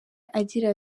agira